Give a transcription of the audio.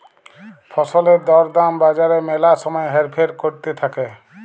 ফসলের দর দাম বাজারে ম্যালা সময় হেরফের ক্যরতে থাক্যে